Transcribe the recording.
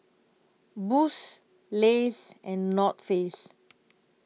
Boost Lays and North Face